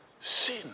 sin